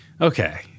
Okay